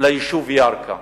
היישוב ירכא.